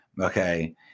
okay